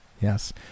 Yes